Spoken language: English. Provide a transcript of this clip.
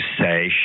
say